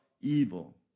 evil